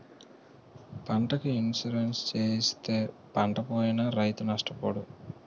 పంటకి ఇన్సూరెన్సు చేయిస్తే పంటపోయినా రైతు నష్టపోడు